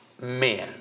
men